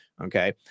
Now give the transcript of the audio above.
Okay